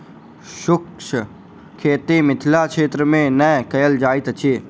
शुष्क खेती मिथिला क्षेत्र मे नै कयल जाइत अछि